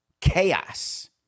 chaos